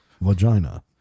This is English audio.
vagina